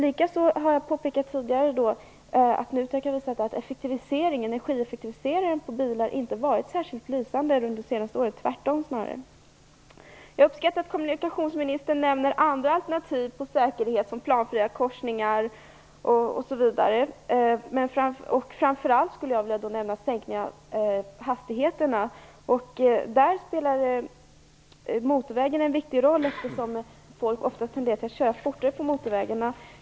Jag har tidigare påpekat att NUTEK har visat att energieffektiviseringen när det gäller bilar inte har varit särskilt lysande under det seaste året, snarare tvärtom. Jag uppskattar att kommunikationsministern nämner andra alternativ som rör säkerhet såsom planfria korsningar osv. Framför allt skulle jag då vilja nämna sänkning av hastigheterna. Här spelar motorvägarna en viktig roll, eftersom folk ofta tenderar att köra fortare på motorvägarna.